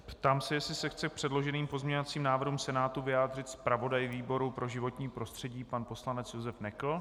Ptám se, jestli se chce k předloženým pozměňovacím návrhům Senátu vyjádřit zpravodaj výboru pro životní prostředí pan poslanec Josef Nekl.